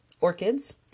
orchids